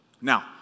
Now